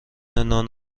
نان